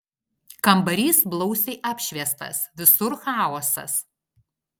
kambarys blausiai apšviestas visur chaosas